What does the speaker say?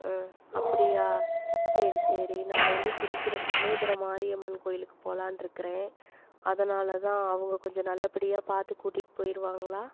ஆ அப்படியா சரி சரி நான் வந்து திருச்சியில் சமயபுரம் மாரியம்மன் கோயிலுக்கு போலான்ருக்குறேன் அதனால்தான் அவங்க கொஞ்சம் நல்லபடியாக பார்த்து கூட்டிட்டு போயிடுவாங்களா